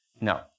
No